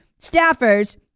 staffers